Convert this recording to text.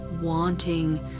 wanting